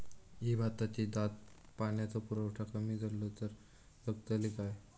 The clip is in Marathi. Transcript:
ही भाताची जात पाण्याचो पुरवठो कमी जलो तर जगतली काय?